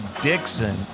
Dixon